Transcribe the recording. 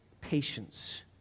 patience